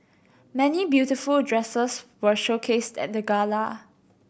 many beautiful dresses were showcased at the gala